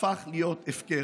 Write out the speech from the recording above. הפך להיות הפקר.